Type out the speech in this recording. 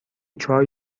چای